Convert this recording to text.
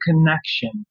connection